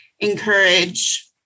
encourage